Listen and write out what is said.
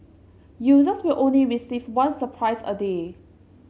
users will only receive one surprise a day